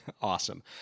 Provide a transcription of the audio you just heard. Awesome